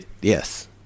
yes